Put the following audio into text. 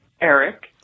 Eric